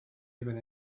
even